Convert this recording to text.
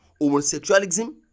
homosexualism